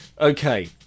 Okay